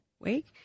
Wake